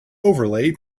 overlay